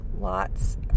lots